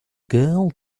girl